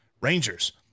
Rangers